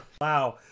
wow